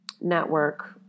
network